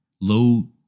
low